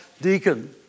deacon